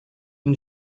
une